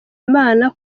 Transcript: imana